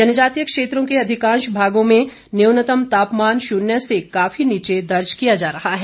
जनजातीय क्षेत्रों के अधिकांश भागों में न्यूनतम तापमान शून्य से काफी नीचे दर्ज किया जा रहा है